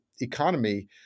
economy